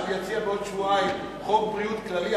כשאני אציע בעוד שבועיים חוק בריאות כללי,